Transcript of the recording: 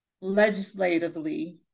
legislatively